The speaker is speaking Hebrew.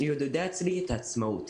היא עודדה אצלי את העצמאות.